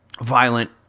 violent